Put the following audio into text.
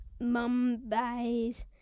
Mumbai's